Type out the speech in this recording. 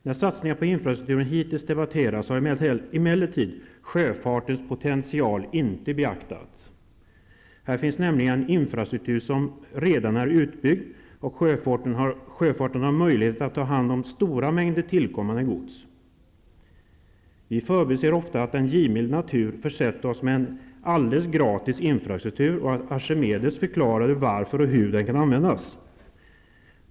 När satsningar på infrastrukturen hittills har debatterats har emellertid sjöfartens potential inte beaktats. Här finns nämligen en infrastruktur redan utbyggd, sjöfarten har möjligheter att ta hand om stora mängder tillkommande gods. Vi förbiser ofta att en givmild natur försett oss med en alldeles gratis infrastruktur och att Archimedes förklarade varför och hur den kan användas.